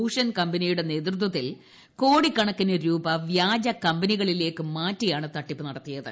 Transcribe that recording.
ഭൂഷൻ കമ്പനിയടെ നേതൃത്വത്തിൽ കോടിക്കണക്കിന് രൂപ വ്യാജ കമ്പിനികളിലേക്ക് മാറ്റിയാണ് തട്ടിപ്പ് നടത്തിയത്